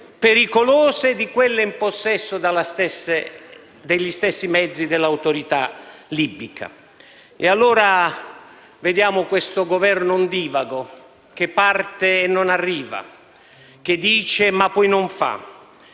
a volte di quelle in possesso degli stessi mezzi dell'autorità libica. Questo è un Governo ondivago che parte e non arriva, che dice ma poi non fa,